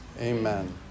Amen